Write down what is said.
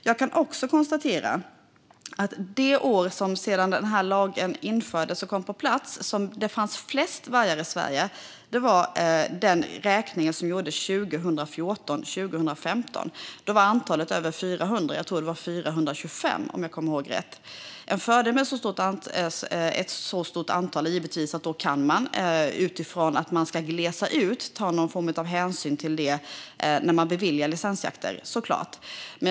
Jag kan också konstatera att det år då det fanns flest vargar i Sverige sedan lagen infördes och kom på plats var vid den räkning som gjordes 2014-2015. Då var antalet över 400 - om jag kommer ihåg rätt var det 425. En fördel med ett så stort antal är givetvis att man, utifrån att det ska glesas ut, kan ta någon form av hänsyn till detta när licensjakt beviljas.